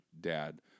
dad